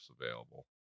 available